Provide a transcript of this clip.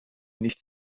nichts